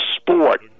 sport